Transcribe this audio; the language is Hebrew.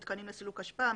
מתקנים לסילוק אשפה,